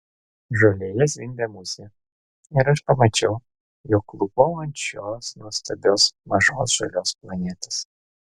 žolėje zvimbė musė ir aš pamačiau jog klūpau ant šios nuostabios mažos žalios planetos